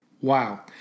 Wow